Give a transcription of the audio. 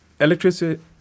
Electricity